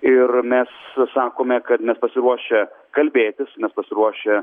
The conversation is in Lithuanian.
ir mes sakome kad mes pasiruošę kalbėtis mes pasiruošę